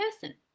person